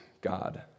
God